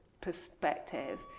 perspective